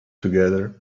together